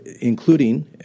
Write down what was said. including